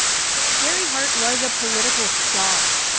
the question. gary hart was a political star.